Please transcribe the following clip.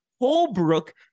Holbrook